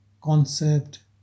concept